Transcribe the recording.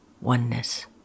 oneness